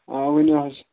آ ؤنِو حظ